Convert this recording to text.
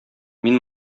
мин